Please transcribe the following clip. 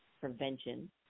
prevention